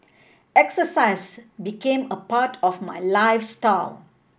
exercise became a part of my